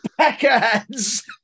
peckerheads